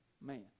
man